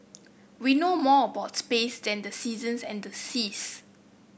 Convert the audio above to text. we know more about space than the seasons and the seas